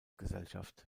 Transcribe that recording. gesellschaft